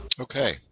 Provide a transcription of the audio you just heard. Okay